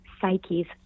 psyche's